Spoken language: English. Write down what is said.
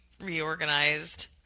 reorganized